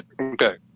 Okay